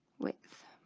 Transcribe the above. width